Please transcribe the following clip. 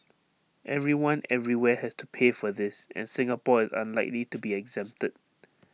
everyone everywhere has to pay for this and Singapore is unlikely to be exempted